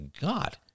God